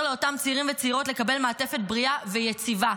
לאותם צעירים וצעירות לקבל מעטפת בריאה ויציבה,